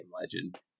legend